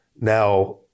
Now